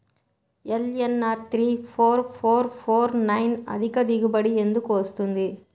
LNR three four four four nine అధిక దిగుబడి ఎందుకు వస్తుంది?